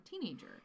teenager